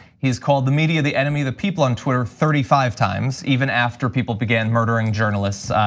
he's called the media the enemy the people on twitter thirty five times even after people began murdering journalists